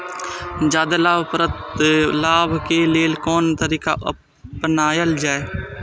जादे लाभ के लेल कोन तरीका अपनायल जाय?